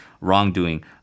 wrongdoing